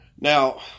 Now